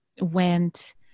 went